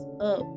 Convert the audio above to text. up